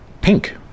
pink